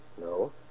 No